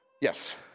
Yes